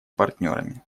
партнерами